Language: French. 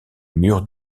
mur